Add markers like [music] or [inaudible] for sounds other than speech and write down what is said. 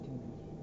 [noise]